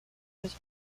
his